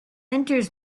enters